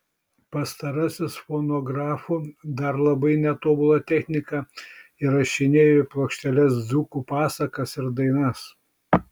pastarasis fonografu dar labai netobula technika įrašinėjo į plokšteles dzūkų pasakas ir dainas